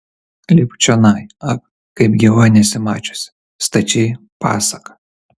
lipk čionai ak kaip gyva nesi mačiusi stačiai pasaka